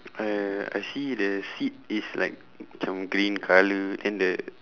I I see the seat is like macam green colour then the